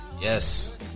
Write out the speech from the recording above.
Yes